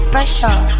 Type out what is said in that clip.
Pressure